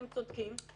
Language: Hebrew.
אתם צודקים.